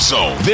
Zone